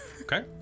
Okay